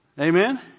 Amen